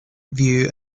view